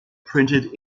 printed